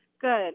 good